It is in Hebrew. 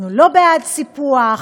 אנחנו לא בעד סיפוח,